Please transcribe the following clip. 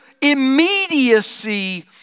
immediacy